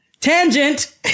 tangent